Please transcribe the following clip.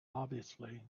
obviously